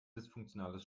dysfunktionales